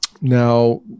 Now